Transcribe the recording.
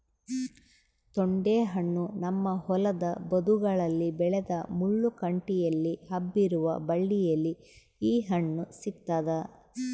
ತೊಂಡೆಹಣ್ಣು ನಮ್ಮ ಹೊಲದ ಬದುಗಳಲ್ಲಿ ಬೆಳೆದ ಮುಳ್ಳು ಕಂಟಿಯಲ್ಲಿ ಹಬ್ಬಿರುವ ಬಳ್ಳಿಯಲ್ಲಿ ಈ ಹಣ್ಣು ಸಿಗ್ತಾದ